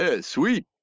sweet